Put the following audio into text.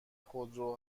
خودرو